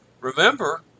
remember